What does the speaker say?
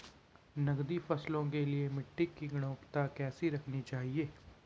नकदी फसलों के लिए मिट्टी की गुणवत्ता कैसी रखनी चाहिए?